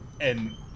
and-